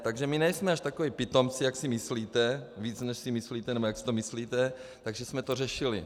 Takže my nejsme až takoví pitomci, jak si myslíte, víc než si myslíte, nebo jak si to myslíte, takže jsme to řešili.